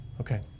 Okay